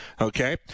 okay